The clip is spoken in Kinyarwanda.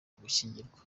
ugukingirwa